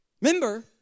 Remember